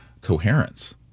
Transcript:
coherence